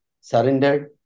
surrendered